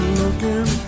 looking